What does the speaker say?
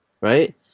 right